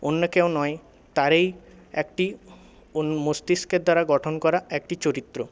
অন্য কেউ নয় তারই একটি মস্তিষ্কের দ্বারা গঠন করা একটি চরিত্র